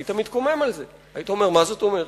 היית מתקומם על זה, היית אומר: מה זאת אומרת?